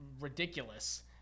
ridiculous